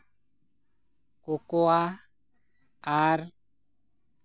cocoa ᱟᱨ